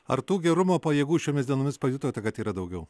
ar tų gerumo pajėgų šiomis dienomis pajutote kad yra daugiau